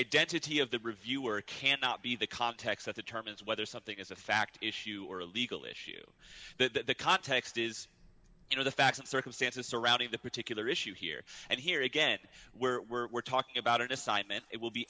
identity of the reviewer cannot be the context that the term is whether something is a fact issue or a legal issue that the context is you know the facts and circumstances surrounding the particular issue here and here again we're talking about an assignment it will be